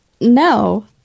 No